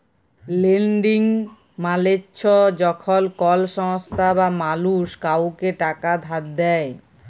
lending মালে চ্ছ যখল কল সংস্থা বা মালুস কাওকে টাকা ধার দেয়